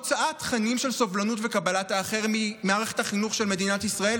הוצאת תכנים של סובלנות וקבלת האחר ממערכת החינוך של מדינת ישראל,